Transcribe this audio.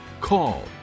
call